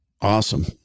Awesome